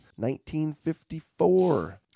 1954